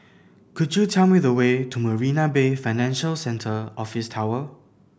could you tell me the way to Marina Bay Financial Centre Office Tower